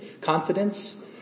confidence